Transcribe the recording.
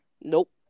Nope